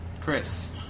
Chris